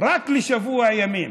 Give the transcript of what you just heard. רק לשבוע ימים,